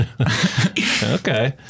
Okay